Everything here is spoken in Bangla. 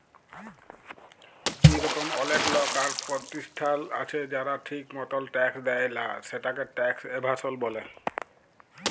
ইরকম অলেক লক আর পরতিষ্ঠাল আছে যারা ঠিক মতল ট্যাক্স দেয় লা, সেটকে ট্যাক্স এভাসল ব্যলে